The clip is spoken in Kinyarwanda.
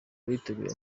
biteguye